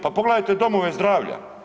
Pa pogledajte domove zdravlja.